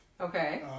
Okay